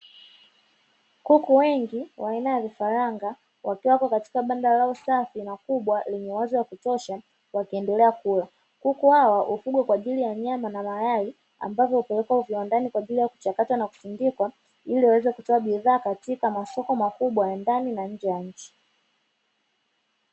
Kuku wengi wa aina ya vifaranga wakiwa wapo katika banda lao safi na kubwa lenye uwazi wa kutosha wakiendelea kula, kuku hawa hufugwa kwa ajili ya nyama na mayai ambapo upelekwa viwandani kwa ajili ya kuchakatwa na kusindikwa ili waweze kutoa bidhaa katika masoko ya ndani na nje ya nchi.